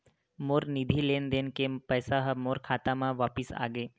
मोर निधि लेन देन के पैसा हा मोर खाता मा वापिस आ गे